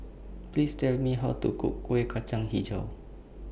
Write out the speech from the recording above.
Please Tell Me How to Cook Kueh Kacang Hijau